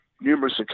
numerous